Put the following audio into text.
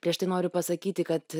prieš tai noriu pasakyti kad